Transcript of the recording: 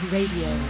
Radio